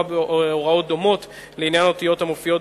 הוראות דומות לעניין אותיות המופיעות